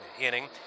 inning